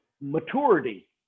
maturity